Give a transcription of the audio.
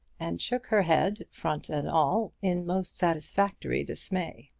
and shook her head front and all in most satisfactory dismay.